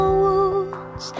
wounds